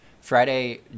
friday